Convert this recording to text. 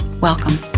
Welcome